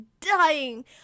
dying